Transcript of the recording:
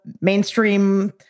mainstream